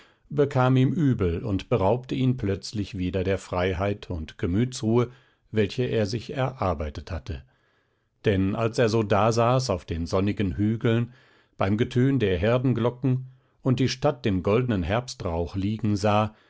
bekam ihm übel und beraubte ihn plötzlich wieder der freiheit und gemütsruhe welche er sich erarbeitet hatte denn als er so dasaß auf den sonnigen hügeln beim getön der herdenglocken und die stadt im goldenen herbstrauch liegen sah